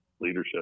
leadership